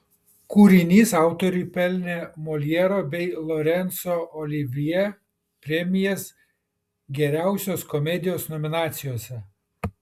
kūrinys autoriui pelnė moljero bei lorenco olivjė premijas geriausios komedijos nominacijose